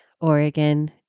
Oregon